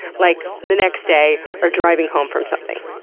like the next day, or driving home from something.